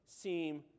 seem